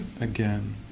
again